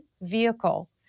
vehicle